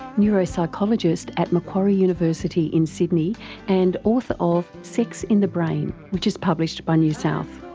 neuropsychologist at macquarie university in sydney and author of sex in the brain, which is published by new south.